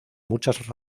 muchas